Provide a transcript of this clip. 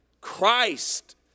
Christ